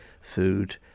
food